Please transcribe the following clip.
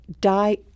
die